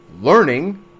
learning